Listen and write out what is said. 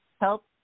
help